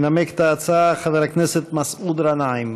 ינמק את ההצעה חבר הכנסת מסעוד גנאים.